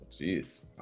Jeez